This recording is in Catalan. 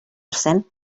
cent